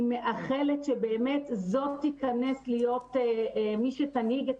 אני מאחלת שבאמת זו שתיכנס להיות מי שתנהיג את